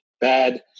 bad